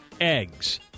eggs